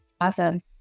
Awesome